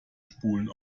spulen